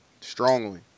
Strongly